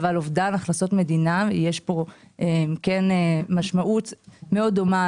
אבל אובדן הכנסות מדינה יש פה כן משמעות מאוד דומה